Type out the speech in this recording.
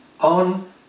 on